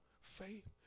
faith